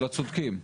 של הצודקים?